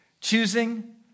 choosing